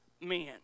men